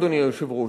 אדוני היושב-ראש,